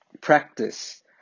practice